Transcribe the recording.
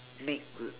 make